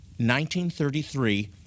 1933